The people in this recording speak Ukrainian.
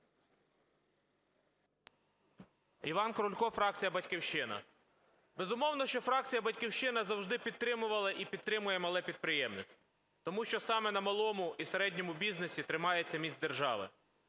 Іван Крулько, фракція "Батьківщина". Безумовно, що фракція "Батьківщина" завжди підтримувала і підтримує мале підприємництво, тому що саме на малому і середньому бізнесу тримається міць держави.